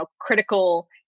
critical